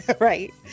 Right